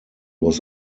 was